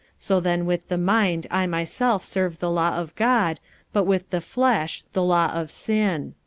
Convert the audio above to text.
so then with the mind i myself serve the law of god but with the flesh the law of sin.